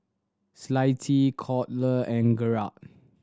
Clytie Colter and Gerhard